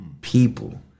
people